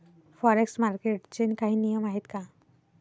Forex मार्केटचे काही नियम आहेत का?